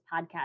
podcast